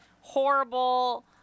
horrible